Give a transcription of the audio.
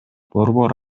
борбор